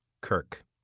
Kirk